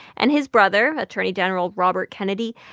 and his brother, attorney general robert kennedy,